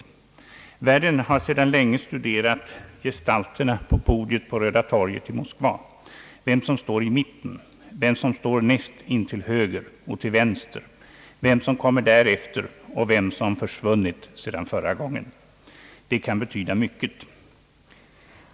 Världen har sedan länge studerat gestalterna på podiet på Röda torget i Moskva — vem som står i mitten, vem som står näst intill till höger och till vänster, vem som kommer därefter och vem som försvunnit sedan förra gången. Det kan betyda mycket.